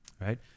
right